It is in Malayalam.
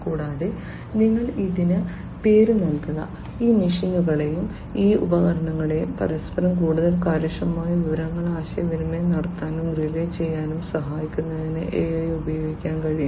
കൂടാതെ നിങ്ങൾ ഇതിന് പേര് നൽകുക ഈ മെഷീനുകളെയും ഈ ഉപകരണങ്ങളെയും പരസ്പരം കൂടുതൽ കാര്യക്ഷമമായി വിവരങ്ങൾ ആശയവിനിമയം നടത്താനും റിലേ ചെയ്യാനും സഹായിക്കുന്നതിന് AI ഉപയോഗിക്കാൻ കഴിയും